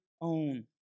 own